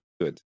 good